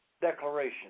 declaration